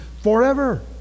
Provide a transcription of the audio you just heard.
forever